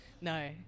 no